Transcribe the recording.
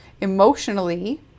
emotionally